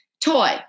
Toy